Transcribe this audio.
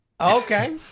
Okay